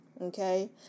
okay